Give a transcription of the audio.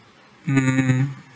mm